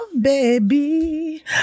baby